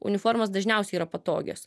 uniformos dažniausiai yra patogios